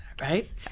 right